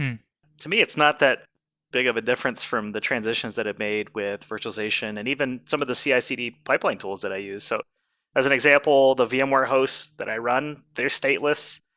to me it's not big of a difference from the transitions that i've made with virtualization, and even some of the cicd pipeline tools that i use. so as an example, the vmware host that i run, they're stateless.